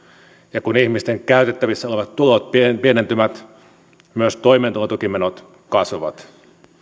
ja kun ihmisten käytettävissä olevat tulot pienentyvät myös toimeentulotukimenot kasvavat